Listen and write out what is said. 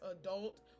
adult